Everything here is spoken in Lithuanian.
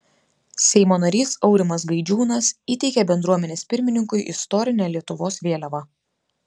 seimo narys aurimas gaidžiūnas įteikė bendruomenės pirmininkui istorinę lietuvos vėliavą